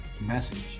message